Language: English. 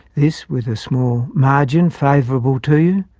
this, with a small margin favourable to you,